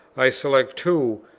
i select two,